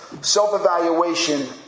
self-evaluation